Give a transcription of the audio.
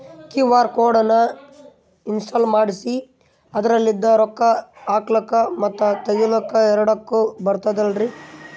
QR code ನ install ಮಾಡೆಸಿ ಅದರ್ಲಿಂದ ರೊಕ್ಕ ಹಾಕ್ಲಕ್ಕ ಮತ್ತ ತಗಿಲಕ ಎರಡುಕ್ಕು ಬರ್ತದಲ್ರಿ?